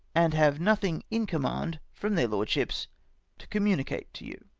and have nothing in command from their lordships to communi cate to you.